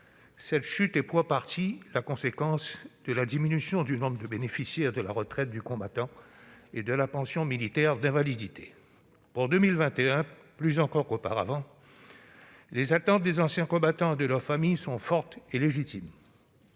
cette chute est pour partie la conséquence de la diminution du nombre de bénéficiaires de la retraite du combattant et de la pension militaire d'invalidité. Pour 2021, plus encore qu'auparavant, les attentes des anciens combattants et de leurs familles sont fortes et légitimes